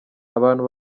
abantu